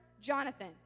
Jonathan